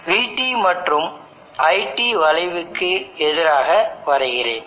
vT மற்றும் iT வளைவுக்கு எதிராக வரைகிறேன்